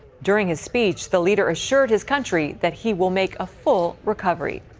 during his speech the leader assured his country that he will make a full recovery.